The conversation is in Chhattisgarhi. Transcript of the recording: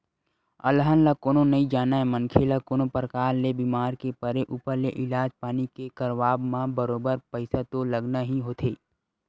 अलहन ल कोनो नइ जानय मनखे ल कोनो परकार ले बीमार के परे ऊपर ले इलाज पानी के करवाब म बरोबर पइसा तो लगना ही होथे